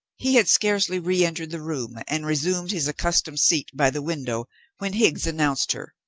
he had scarcely re-entered the room and resumed his accustomed seat by the window when higgs announced her.